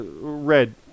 Red